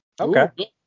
okay